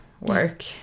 work